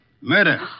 Murder